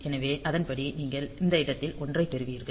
எனவே அதன்படி நீங்கள் இந்த இடத்தில் ஒன்றைப் பெறுவீர்கள்